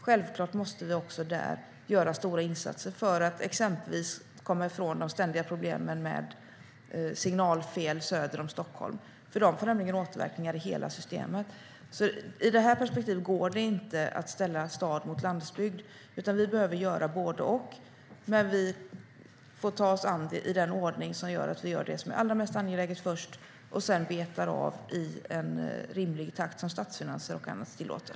Självklart måste vi också där göra stora insatser för att exempelvis komma ifrån de ständiga problemen med signalfel söder om Stockholm som får återverkningar i hela systemet. I det här perspektivet går det inte att ställa stad mot landsbygd, utan vi behöver göra både och. Men vi får ta oss an det i den ordningen att vi gör det som är allra mest angeläget först och sedan betar av i en rimlig takt som statsfinanser och annat tillåter.